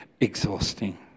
exhausting